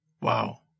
wow